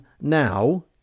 now